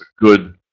good